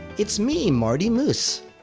it's me marty moose!